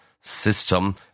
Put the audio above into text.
system